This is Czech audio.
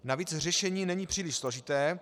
Navíc řešení není příliš složité.